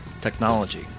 technology